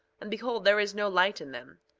and behold there is no light in them.